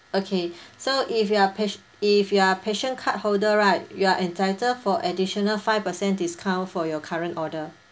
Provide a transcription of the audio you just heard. okay so if you're pass~ if you are passion card holder right you are entitled for additional five percent discount for your current order